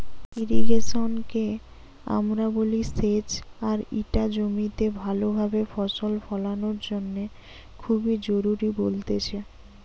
irrigation কে আমরা বলি সেচ আর ইটা জমিতে ভালো ভাবে ফসল ফোলানোর জন্য খুবই জরুরি বলতেছে